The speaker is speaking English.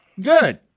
Good